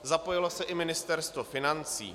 Zapojilo se i Ministerstvo financí.